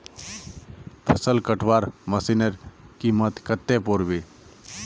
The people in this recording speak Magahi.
फसल कटवार मशीनेर कीमत कत्ते पोर बे